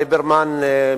ליברמן,